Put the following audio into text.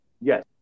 yes